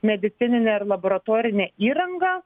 medicininė ir laboratorinė įranga